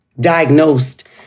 diagnosed